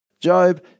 Job